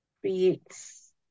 creates